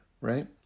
right